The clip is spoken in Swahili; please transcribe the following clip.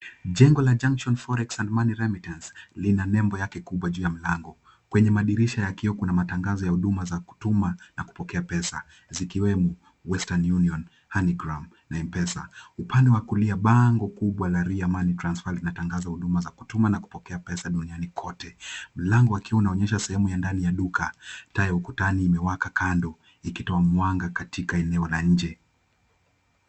Jengo la Junction Forex and Money Remittance lina nembo yake kubwa juu ya mlango. Kwenye madirisha ya kioo kuna matangazo ya huduma za kutuma na kupokea pesa, zikiwemo Western Union, Moneygram na M-Pesa. Upande wa kulia bango kubwa la Ria Money Transfer linatangaza huduma za kutuma na kupokea pesa duniani kote. Mlango wa kioo unaonyesha sehemu ya ndani ya duka, taa ya ukutani imewaka kando, ikitoa mwanga katika eneo la nje.